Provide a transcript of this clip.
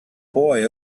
boy